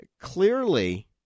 clearly